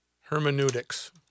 Hermeneutics